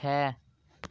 چھ